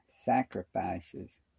sacrifices